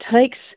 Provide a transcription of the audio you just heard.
takes